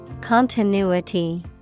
Continuity